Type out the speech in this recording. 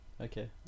okay